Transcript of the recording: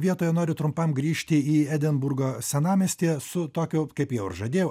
vietoje noriu trumpam grįžti į edinburgo senamiestį su tokiu kaip jau žadėjau